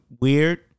weird